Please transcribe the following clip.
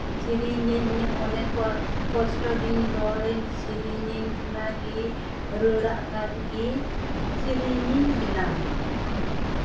ᱥᱤᱨᱤᱧᱤᱧ ᱤᱧᱟᱹᱜ ᱢᱚᱱᱮ ᱠᱷᱚᱱ ᱠᱚᱥᱴᱚ ᱜᱤᱧ ᱨᱚᱲᱟᱹᱧ ᱥᱮᱨᱮᱧ ᱟᱹᱧ ᱚᱱᱟᱜᱮ ᱨᱟᱹᱲᱟᱜ ᱠᱷᱟᱱ ᱜᱮ ᱥᱤᱨᱤᱧᱤᱧ ᱵᱮᱱᱟᱣᱟ